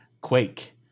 quake